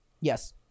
Yes